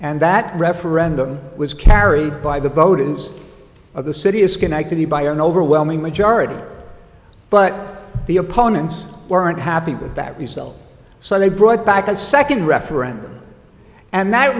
and that referendum was carried by the potence of the city is connected by an overwhelming majority but the opponents weren't happy with that result so they brought back a second referendum and that